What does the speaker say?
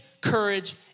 courage